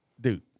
dude